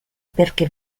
perché